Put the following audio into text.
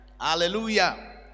hallelujah